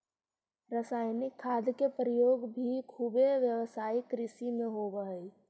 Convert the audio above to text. रसायनिक खाद के प्रयोग भी खुबे व्यावसायिक कृषि में होवऽ हई